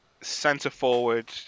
centre-forward